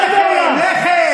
לחם,